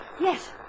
Yes